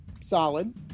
solid